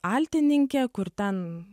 altininkė kur ten